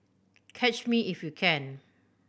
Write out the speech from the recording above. catch me if you can